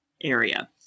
area